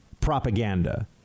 propaganda